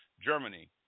Germany